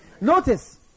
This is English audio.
Notice